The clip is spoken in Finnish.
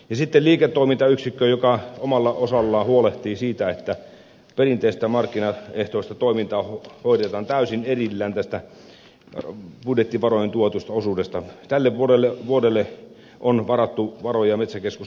sitten liiketoimintayksikkö joka omalla osallaan huolehtii siitä että perinteistä markkinaehtoista toimintaa hoidetaan täysin erillään tästä budjettivaroin tuetusta osuudesta tälle vuodelle vuodelle on varattu varoja metsäkeskus